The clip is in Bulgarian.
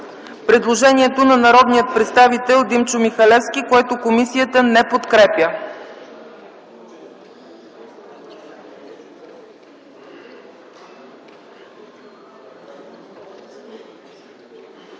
предложението на народния представител Любен Татарски, което комисията не подкрепя.